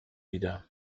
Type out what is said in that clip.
wieder